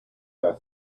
her